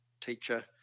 teacher